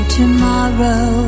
tomorrow